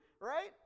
right